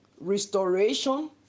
Restoration